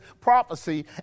prophecy